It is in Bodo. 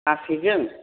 गासैजों